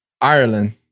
Ireland